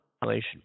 population